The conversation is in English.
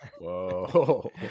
Whoa